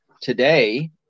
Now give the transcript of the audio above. today